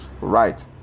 right